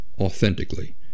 authentically